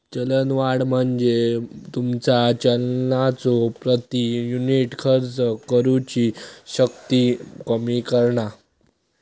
चलनवाढ म्हणजे तुमचा चलनाचो प्रति युनिट खर्च करुची शक्ती कमी करणा